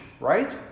right